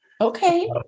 Okay